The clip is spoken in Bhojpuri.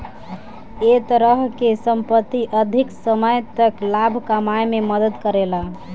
ए तरह के संपत्ति अधिक समय तक लाभ कमाए में मदद करेला